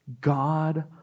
God